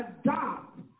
adopt